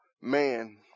man